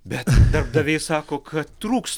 bet darbdaviai sako kad trūks